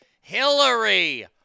Hillary